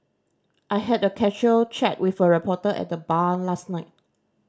I had a casual chat with a reporter at the bar last night